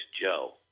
Joe